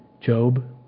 Job